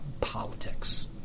politics